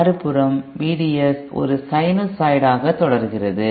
மறுபுறம் VDS ஒரு சைனசாய்டாக தொடர்கிறது